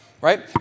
Right